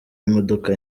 imodoka